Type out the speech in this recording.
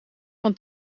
van